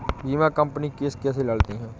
बीमा company case कैसे लड़ती है?